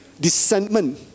dissentment